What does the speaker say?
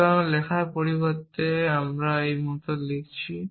সুতরাং লেখার পরিবর্তে আমি এই মত লিখছি